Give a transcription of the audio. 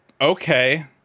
okay